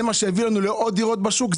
כי זה מה שייתן לנו עוד דירות בשוק.